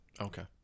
Okay